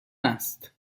است